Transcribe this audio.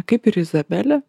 kaip ir izabelė